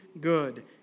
good